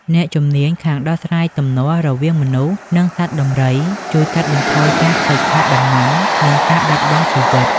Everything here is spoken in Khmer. អ្នកជំនាញខាងដោះស្រាយទំនាស់រវាងមនុស្ស និងសត្វដំរី ជួយកាត់បន្ថយការខូចខាតដំណាំ និងការបាត់បង់ជីវិត។